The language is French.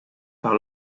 par